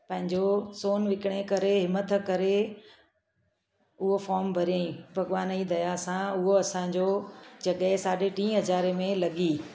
पंहिंजो सोन विकिणे करे हिमत करे उहो फॉम भरियो भॻिवान जी दया सां उहो असांजो जॻह साढे टीह हज़ार में लॻी